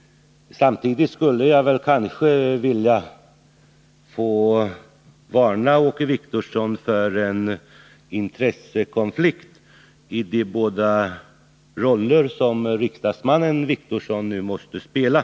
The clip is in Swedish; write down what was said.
Samtidigt skulle jag nog vilja varna Åke Wictorsson för den intressekonflikt som kan uppstå i de båda roller som riksdagsmannen Åke Wictorsson nu måste spela.